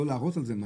לא מעבר לזה.